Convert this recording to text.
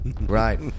right